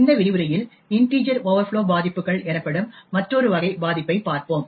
இந்த விரிவுரையில் integer overflow பாதிப்புகள் எனப்படும் மற்றொரு வகை பாதிப்பைப் பார்ப்போம்